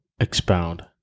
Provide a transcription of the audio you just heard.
Expound